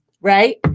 Right